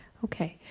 ok,